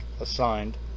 assigned